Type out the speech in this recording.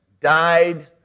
died